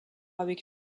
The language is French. avec